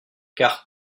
car